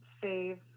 save